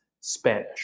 Spanish